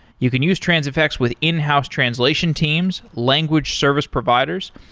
you can use transifex with in-house translation teams, language service providers.